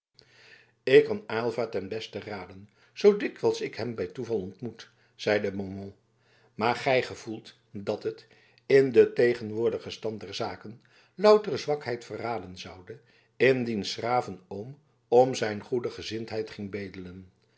ik kan aylva ten beste raden zoo dikwijls ik hem bij toeval ontmoet zeide beaumont maar gij gevoelt dat het in den tegenwoordigen stand der zaken loutere zwakheid verraden zoude indien s graven oom om zijn goede gezindheid ging bedelen